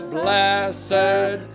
blessed